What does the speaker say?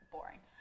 boring